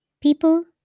People